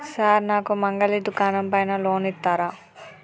Sir నాకు మంగలి దుకాణం పైన లోన్ ఇత్తరా?